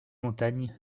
montagne